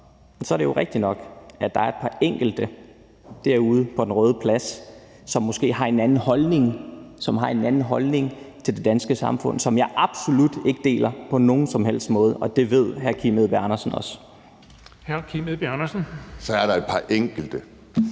Så er det jo rigtigt nok, at der er et par enkelte derude på Den Røde Plads, som måske har en anden holdning – som har en anden holdning – til det danske samfund, som jeg absolut ikke deler på nogen som helst måde, og det ved hr. Kim Edberg Andersen også. Kl. 11:15 Den fg.